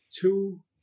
two